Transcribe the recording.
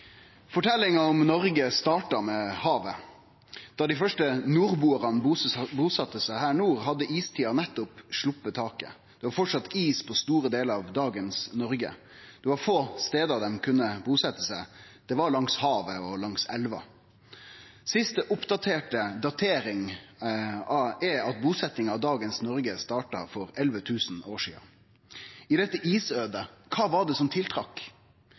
dei første nordbuarane busette seg her i nord, hadde istida nettopp sleppt taket. Det var framleis is på store delar av dagens Noreg. Det var få stader dei kunne busetje seg. Det var langs havet og langs elvar. Den sist oppdaterte datering seier at busetjinga av dagens Noreg starta for 11 000 år sidan. Kva var det i dette isøydet som tiltrekte? Det var det